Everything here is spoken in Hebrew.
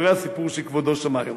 אחרי הסיפור שכבודו שמע היום,